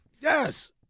Yes